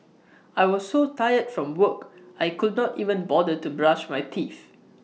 I was so tired from work I could not even bother to brush my teeth